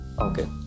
Okay